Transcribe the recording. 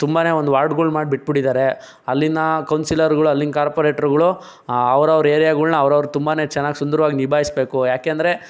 ತುಂಬಾ ಒಂದು ವಾರ್ಡ್ಗಳು ಮಾಡಿಬಿಟ್ಬಿಟ್ಟಿದ್ದಾರೆ ಅಲ್ಲಿನ ಕೌನ್ಸಿಲರ್ಗಳು ಅಲ್ಲಿನ ಕಾರ್ಪೊರೇಟರ್ಗಳು ಅವ್ರವರ ಏರಿಯಾಗಳನ್ನ ಅವ್ರವರು ತುಂಬಾ ಚೆನ್ನಾಗಿ ಸುಂದ್ರ್ವಾಗಿ ನಿಭಾಯಿಸಬೇಕು ಯಾಕೆ ಅಂದರೆ